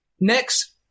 next